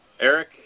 Eric